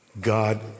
God